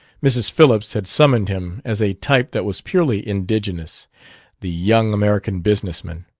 mrs. phillips had summoned him as a type that was purely indigenous the young american business man.